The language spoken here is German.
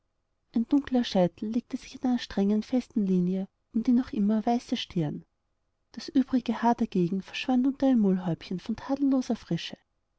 ein dunkler scheitel legte sich in einer strengen festen linie um die noch immer weiße stirn das übrige haar dagegen verschwand unter einem mullhäubchen von tadelloser frische